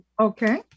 okay